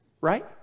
right